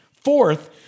Fourth